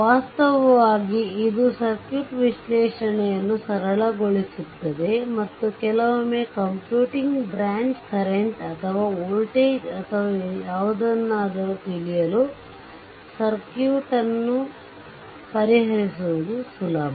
ವಾಸ್ತವವಾಗಿ ಇದು ಸರ್ಕ್ಯೂಟ್ ವಿಶ್ಲೇಷಣೆಯನ್ನು ಸರಳಗೊಳಿಸುತ್ತದೆ ಮತ್ತು ಕೆಲವೊಮ್ಮೆ ಕಂಪ್ಯೂಟಿಂಗ್ ಬ್ರ್ಯಾಂಚ್ ಕರೆಂಟ್ ಅಥವಾ ವೋಲ್ಟೇಜ್ ಅಥವಾ ಯಾವುದನ್ನಾದರೂ ತಿಳಿಯಲು ಸರ್ಕ್ಯೂಟ್ ಅನ್ನು ಪರಿಹರಿಸುವುದು ಸುಲಭ